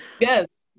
Yes